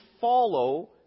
follow